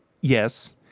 yes